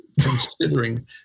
considering